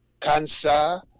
cancer